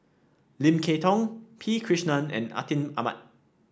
Lim Kay Tong P Krishnan and Atin Amat